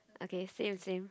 okay same same